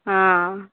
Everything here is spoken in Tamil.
ஆ